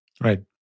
Right